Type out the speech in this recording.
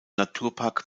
naturpark